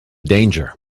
danger